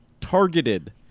targeted